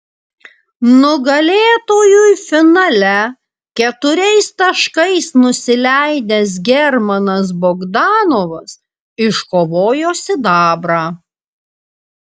nugalėtojui finale keturiais taškais nusileidęs germanas bogdanovas iškovojo sidabrą